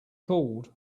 called